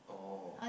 oh